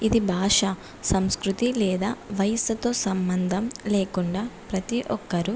ఇది భాష సంస్కృతి లేదా వయస్సుతో సంబంధం లేకుండా ప్రతి ఒక్కరూ